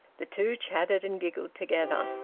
the two chatted and giggled together.